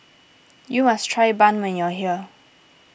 you must try Bun when you are here